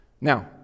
Now